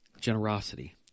generosity